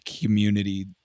community